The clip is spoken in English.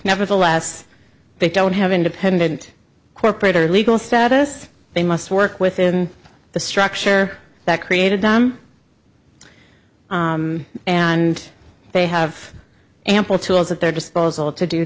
nevertheless they don't have independent corporate or legal status they must work within the structure that created them and they have ample tools at their disposal to do